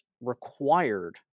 required